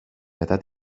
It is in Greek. μετά